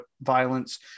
violence